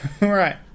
right